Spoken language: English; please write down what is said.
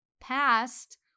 past